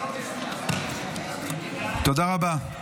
תודה רבה.